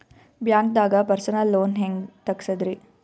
ಬ್ಯಾಂಕ್ದಾಗ personal loan ಹೆಂಗ್ ತಗ್ಸದ್ರಿ?